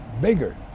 bigger